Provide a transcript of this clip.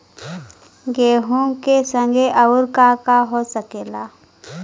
गेहूँ के संगे आऊर का का हो सकेला?